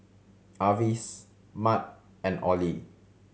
Avis Matt and Ollie